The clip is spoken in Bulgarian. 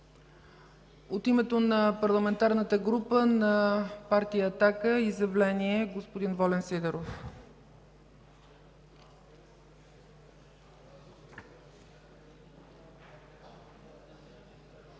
От името на парламентарната група на Партия „Атака” – изявление от господин Волен Сидеров.